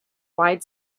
wide